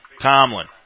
Tomlin